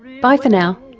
bye for now